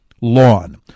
lawn